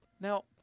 Now